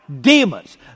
demons